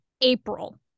April